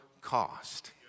cost